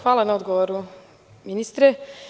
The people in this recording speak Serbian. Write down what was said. Hvala na odgovoru, ministre.